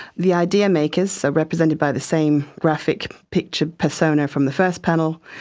the idea makers, represented by the same graphic picture persona from the first panel,